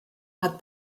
hat